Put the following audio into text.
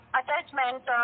attachment